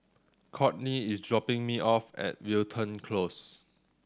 Kourtney is dropping me off at Wilton Close